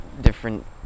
different